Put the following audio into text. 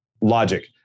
logic